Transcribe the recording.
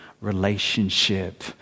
relationship